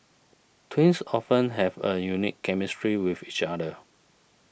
twins often have a unique chemistry with each other